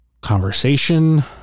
conversation